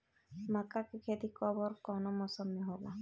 मका के खेती कब ओर कवना मौसम में होला?